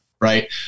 Right